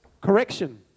correction